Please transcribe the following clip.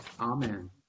Amen